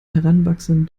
heranwachsenden